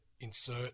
insert